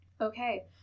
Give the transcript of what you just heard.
Okay